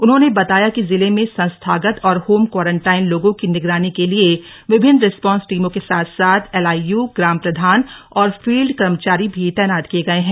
उन्होंने बताया कि जिले में संस्थागत और होम क्वारंटाइन लोगों की निगरानी के लिए विभिन्न रिस्पांस टीमों के साथ साथ एलआईयू ग्राम प्रधान और फील्ड कर्मचारी भी तैनात किये गये हैं